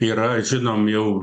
yra žinom jau